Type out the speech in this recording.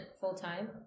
full-time